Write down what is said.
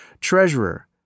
Treasurer